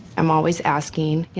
i'm always asking,